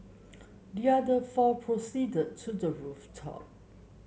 the other four proceeded to the rooftop